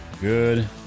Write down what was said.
good